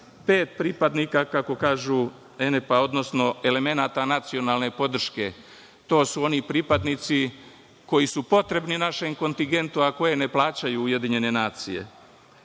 pet pripadnika kako kažu ENP-a, odnosno elemenata nacionalne podrške. To su oni pripadnici koji su potrebni našem kontigentu, a koji ne plaćaju UN. Zatim,